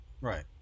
Right